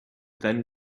then